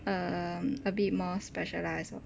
um a bit more specialised orh